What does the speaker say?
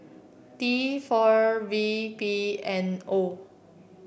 T four V P N O